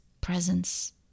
presence